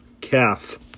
Calf